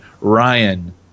Ryan